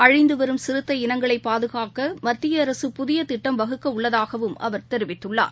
அழிந்து வரும் சிறுத்தை இனங்களை பாதுகாக்க மத்திய அரசு புதிய திட்டம் வகுக்க உள்ளதாகவும் அவர் தெரிவித்துள்ளார்